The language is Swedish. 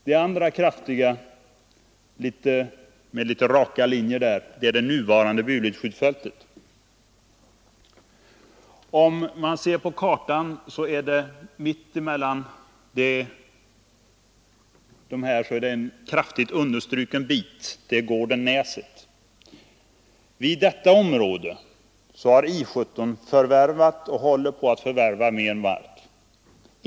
Den visar området för det föreslagna skjutfältet och området för Bulids skjutfält. Mitt emellan dessa båda områden ligger gården Näset. Vid detta område har I 17 förvärvat och håller på att förvärva mer mark.